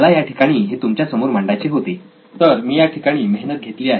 मला याठिकाणी हे तुमच्या समोर मांडायचे होते तर मी या ठिकाणी मेहनत घेतली आहे